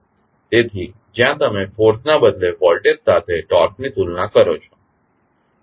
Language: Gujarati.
તેથી જ્યાં તમે ફોર્સના બદલે વોલ્ટેજ સાથે ટોર્ક ની તુલના કરો છો